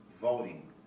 voting